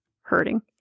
hurting